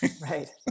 right